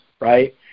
right